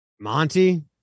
Monty